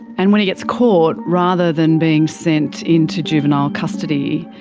and when he gets caught, rather than being sent into juvenile custody,